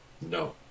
No